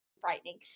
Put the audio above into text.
frightening